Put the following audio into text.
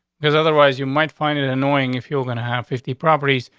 because otherwise you might find it it annoying. if you're gonna have fifty properties,